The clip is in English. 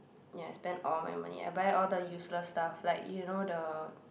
ya spend all my money I buy all the useless stuff like you know the